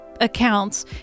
accounts